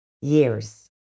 years